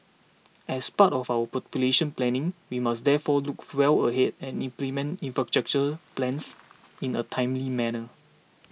as part of our population planning we must therefore look well ahead and implement infrastructure plans in a timely manner